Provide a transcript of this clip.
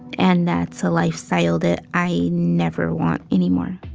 and that's a lifestyle that i never want anymore.